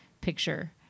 picture